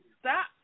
Stop